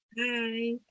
Hi